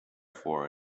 for